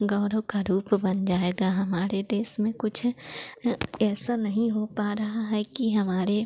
गौरव का रूप बन जाएगा हमारे देश में कुछ हं ऐसा नहीं हो पा रहा है कि हमारे